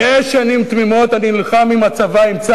שש שנים תמימות אני נלחם עם צה"ל,